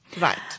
Right